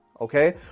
Okay